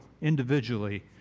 individually